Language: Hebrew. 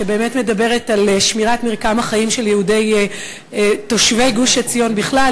שבאמת מדברת על שמירת מרקם החיים של תושבי גוש-עציון בכלל,